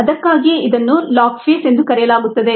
ಅದಕ್ಕಾಗಿಯೇ ಇದನ್ನು log phase ಎಂದು ಕರೆಯಲಾಗುತ್ತದೆ